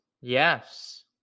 Yes